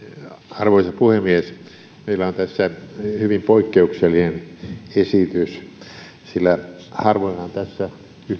arvoisa puhemies meillä on tässä hyvin poikkeuksellinen esitys sillä harvoinhan tässä